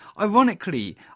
Ironically